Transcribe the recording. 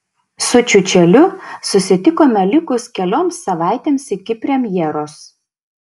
su čiučeliu susitikome likus kelioms savaitėms iki premjeros